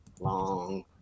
long